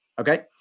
Okay